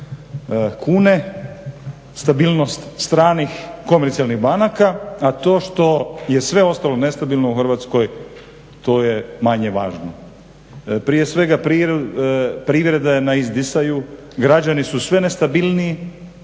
kune, stabilnost stranih komercijalnih banaka, a to što je sve ostalo nestabilno u Hrvatskoj to je manje važno. Prije svega privreda je na izdisaju, građani su sve nestabilniji,